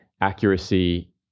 accuracy